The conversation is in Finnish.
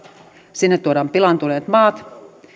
sinne tuodaan pilaantuneet maat